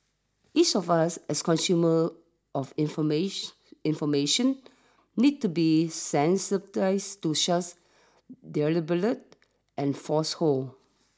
each of us as consumers of information needs to be sensitised to such deliberate and falsehoods